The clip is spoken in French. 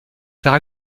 sert